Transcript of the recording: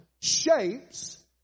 shapes